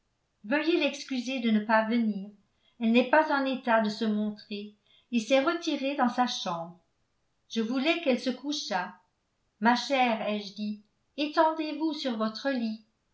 veuillez l'excuser de ne pas venir elle n'est pas en état de se montrer et s'est retirée dans sa chambre je voulais qu'elle se couchât ma chère ai-je dit étendez vous sur votre lit